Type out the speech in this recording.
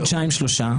חודשיים, שלושה.